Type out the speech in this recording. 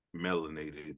melanated